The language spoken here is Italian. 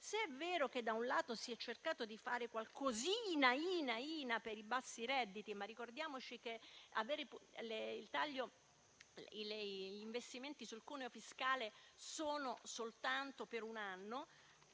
se è vero che - da un lato - si è cercato di fare qualcosina per i bassi redditi - ricordiamoci che gli investimenti sul cuneo fiscale sono soltanto per un anno